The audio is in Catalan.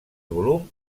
volum